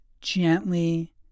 gently